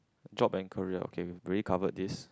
job and career okay do we cover this